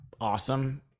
awesome